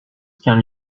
qu’un